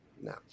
No